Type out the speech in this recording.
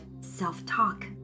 self-talk